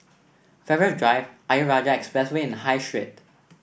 Farrer Drive Ayer Rajah Expressway and High Street